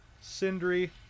Sindri